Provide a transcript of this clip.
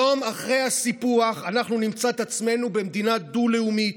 יום אחרי הסיפוח אנחנו נמצא את עצמנו במדינה דו-לאומית,